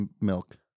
milk